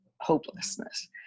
hopelessness